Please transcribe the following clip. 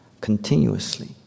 continuously